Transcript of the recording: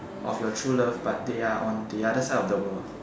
of your true love but they are on the other side of the world